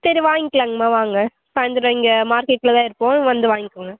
சரி வாங்கிலாங்கம்மா வாங்க சாயந்திரம் இங்கே மார்க்கெட்டில் தான் இருப்போம் வந்து வாங்கிக்கோங்க